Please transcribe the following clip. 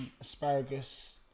Asparagus